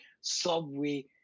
Subway